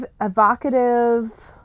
evocative